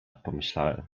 pomyślałem